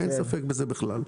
אין ספק בזה בכלל.